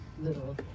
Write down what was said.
little